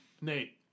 Nate